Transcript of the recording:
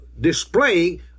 displaying